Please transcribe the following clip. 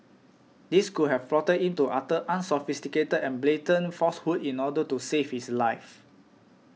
this could have prompted him to utter unsophisticated and blatant falsehoods in order to save his life